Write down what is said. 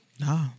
No